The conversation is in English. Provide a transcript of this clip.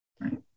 right